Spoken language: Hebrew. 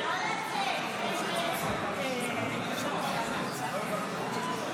בבקשה, לרשותך עשר דקות.